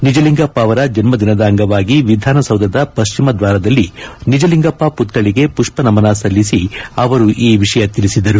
ನಿಜಲಿಂಗಪ್ಪ ಅವರ ಜನ್ಮದಿನದ ಅಂಗವಾಗಿ ವಿಧಾನಸೌಧದ ಪಶ್ಚಿಮದ್ವಾರದಲ್ಲಿ ನಿಜಲಿಂಗಪ್ಪ ಪುತ್ದಳಿಗೆ ಪುಷ್ಪನಮನ ಸಲ್ಲಿಸಿ ಅವರು ಈ ವಿಷಯ ತಿಳಿಸಿದರು